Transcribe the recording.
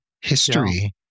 history